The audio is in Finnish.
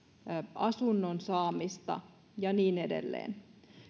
asunnon saamista ja niin edelleen